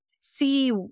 see